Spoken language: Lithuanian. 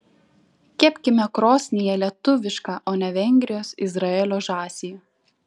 kepkime krosnyje lietuvišką o ne vengrijos izraelio žąsį